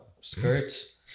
skirts